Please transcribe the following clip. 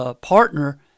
partner